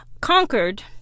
conquered